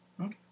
Okay